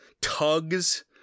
Tugs